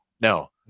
No